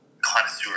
connoisseur